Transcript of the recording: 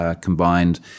combined